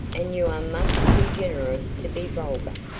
and you are much too generous to be vulgar.